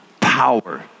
power